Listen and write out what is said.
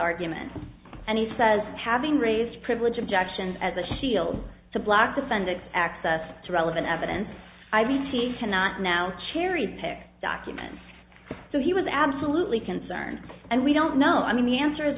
argument and he says having raised privilege objection as a shield to black defendant access to relevant evidence i mean he cannot now cherry pick documents so he was absolutely concerned and we don't know i mean the answer is